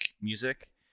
music